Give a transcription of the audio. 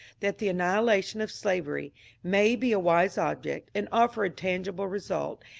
that the annihilation of slavery may be a wise object, and offer a tangible result,